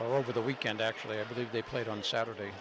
week over the weekend actually i believe they played on saturday